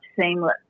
seamless